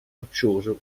roccioso